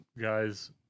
guys